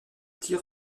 tire